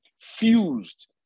fused